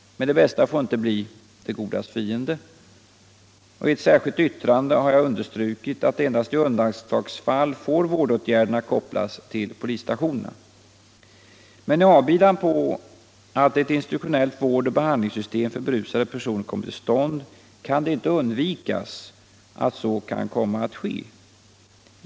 Men det bästa får inte bli det godas fiende. I ett särskilt yttrande har jag understrukit att endast i undantagsfall vårdåtgärderna får kopplas till polisstationerna. Men i avbidan på att ell institutionellt vård och behandlingssystem för berusade personer kommer till stånd kan det inte undvikas att så kan komma att ske.